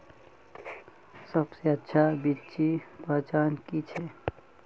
सबसे अच्छा बिच्ची पहचान की छे?